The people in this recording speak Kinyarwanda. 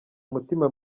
umutima